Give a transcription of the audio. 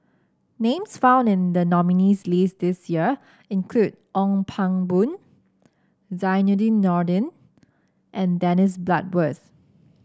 names found in the nominees' list this year include Ong Pang Boon Zainudin Nordin and Dennis Bloodworth